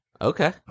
Okay